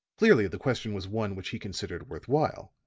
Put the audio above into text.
clearly the question was one which he considered worth while.